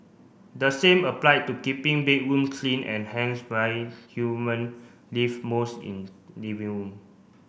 the same applied to keeping bedroom clean and hence why human live most in living room